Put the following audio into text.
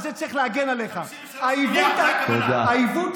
אתה לא מתקן אותי, אתה רק מפריע לי.